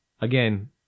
Again